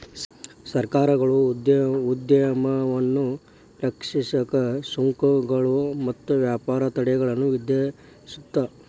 ಸರ್ಕಾರಗಳು ಉದ್ಯಮವನ್ನ ರಕ್ಷಿಸಕ ಸುಂಕಗಳು ಮತ್ತ ವ್ಯಾಪಾರ ತಡೆಗಳನ್ನ ವಿಧಿಸುತ್ತ